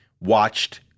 watched